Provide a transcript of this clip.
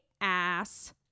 ass